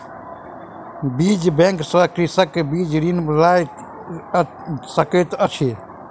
बीज बैंक सॅ कृषक बीज ऋण लय सकैत अछि